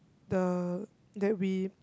the that we